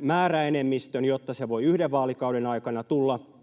määräenemmistön, jotta se voi yhden vaalikauden aikana tulla